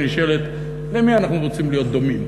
שנשאלת היא למי אנחנו רוצים להיות דומים.